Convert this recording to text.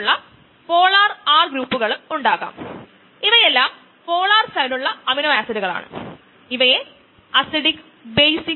അതിനാൽ ഫോൾഡ് അനുചിതമാണെങ്കിൽ അല്ലെങ്കിൽ ചില മാർഗ്ഗങ്ങളാൽ അത് മാറികൊണ്ടിരിക്കുകയാണെകിൽ എൻസൈം നിഷ്ക്രിയമാകും